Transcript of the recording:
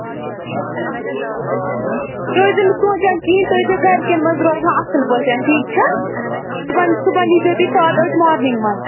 تُہۍ ٲسۍزیو نہٕ سونچان کِہیٖنۍ تُہۍ ٲسۍزیو گرِکٮ۪ن منٛز روزان اَصٕل پٲٹھۍ ٹھیٖک چھا صُبحَن صُبحَن ییٖزیو تُہۍ ساڑٕ ٲٹھ مارنِنٛگ منٛز